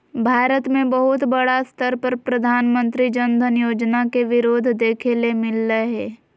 भारत मे बहुत बड़ा स्तर पर प्रधानमंत्री जन धन योजना के विरोध देखे ले मिललय हें